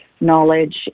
knowledge